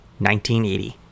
1980